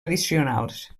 addicionals